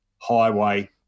Highway